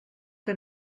que